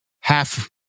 half